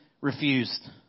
refused